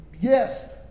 yes